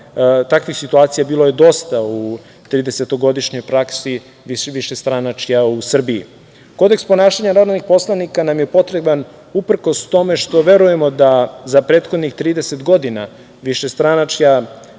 takvih situacija bilo je dosta u tridesetogodišnjoj praksi višestranačja u Srbiji. Kodeks ponašanja narodnih poslanika nam je potreban uprkos tome što verujemo da za prethodnih 30 godina višestranačja,